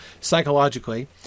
psychologically